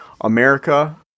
America